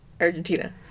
Argentina